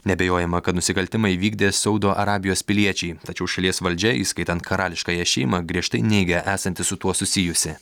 neabejojama kad nusikaltimą įvykdė saudo arabijos piliečiai tačiau šalies valdžia įskaitant karališkąją šeimą griežtai neigia esanti su tuo susijusi